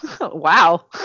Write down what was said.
Wow